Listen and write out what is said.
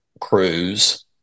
cruise